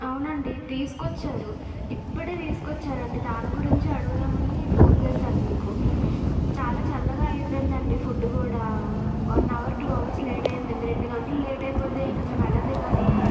అవునండి తీసుకొచ్చారు ఇప్పుడే తీసుకు వచ్చారు అండి దాని గురించే అడుగుదాం అని ఫోన్ చేశాను మీకు చాలా చల్లగా అయిపోయింది అండి ఫుడ్ కూడా one hour two hours late అయిపోయింది రెండు గంటలు లేట్ అయితే ఇంక మేము ఎలా తినాలి